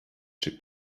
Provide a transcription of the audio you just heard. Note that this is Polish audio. czy